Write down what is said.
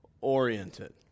oriented